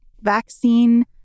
vaccine